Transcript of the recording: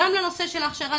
גם נושא ההכשרה.